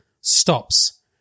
stops